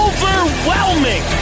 Overwhelming